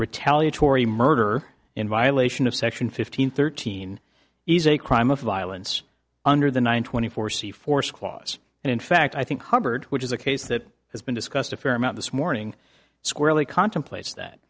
retaliatory murder in violation of section fifteen thirteen ease a crime of violence under the one twenty four c force clause and in fact i think hubbard which is a case that has been discussed a fair amount this morning squarely contemplates that